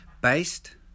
Based